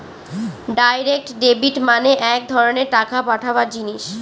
direct debit মানে এক ধরনের টাকা পাঠাবার জিনিস